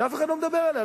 שאף אחד לא מדבר עליה,